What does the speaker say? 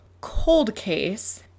coldcase